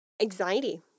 anxiety